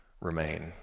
Remain